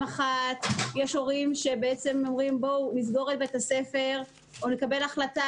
יש הורים שאומרים שצריך לסגור את בית הספר או לקבל החלטה